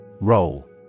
Roll